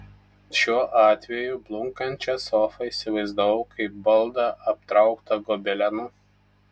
šiuo atveju blunkančią sofą įsivaizdavau kaip baldą aptrauktą gobelenu